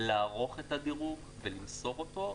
לערוך את הדירוג ולמסור אותו,